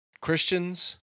Christians